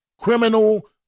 criminal